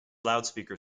loudspeaker